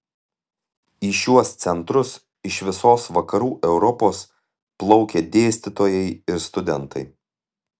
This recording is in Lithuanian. į šiuos centrus iš visos vakarų europos plaukė dėstytojai ir studentai